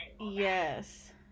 yes